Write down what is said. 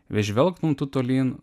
vei žvelgtum tu tolyn